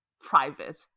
private